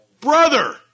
brother